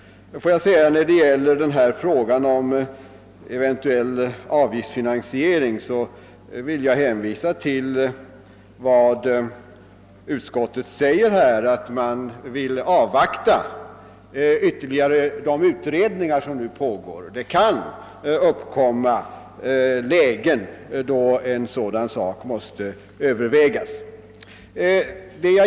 När det gäller eventuell avgiftsfinansiering vill jag hänvisa till vad utskottet säger om att man bör avvakta de ytterligare utredningar som pågår. Det kan uppkomma lägen, då en sådan sak måste övervägas.